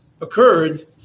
occurred